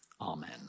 amen